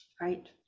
right